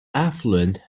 affluent